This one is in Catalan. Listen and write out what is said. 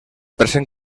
present